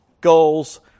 goals